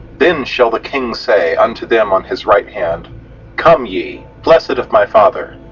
then shall the king say unto them on his right hand come, ye blessed of my father,